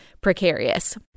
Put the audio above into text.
precarious